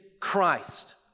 Christ